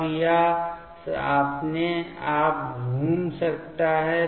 अब यह अपने आप घूम सकता है